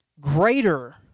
Greater